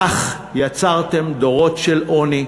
כך יצרתם דורות של עוני,